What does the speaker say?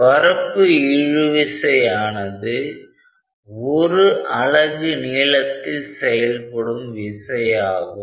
பரப்பு இழுவிசை ஆனது ஒரு அலகு நீளத்தில் செயல்படும் விசை ஆகும்